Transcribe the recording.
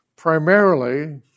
primarily